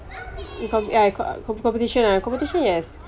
ya comp~ competition err competition yes